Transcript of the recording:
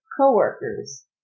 co-workers